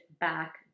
back